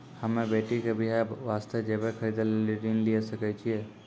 हम्मे बेटी के बियाह वास्ते जेबर खरीदे लेली ऋण लिये सकय छियै?